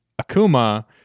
Akuma